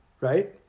right